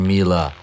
Mila